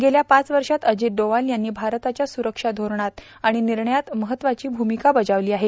गेल्या पाच वर्शात अजित डोवाल यांनी भारताच्या सुरक्षा धोरणात आणि निर्णयात महत्वाची भूमिका बजावली आहे